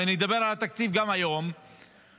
ואני אדבר היום גם על התקציב שהיא מביאה,